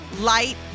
light